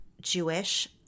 Jewish